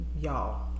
y'all